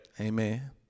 Amen